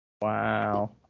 Wow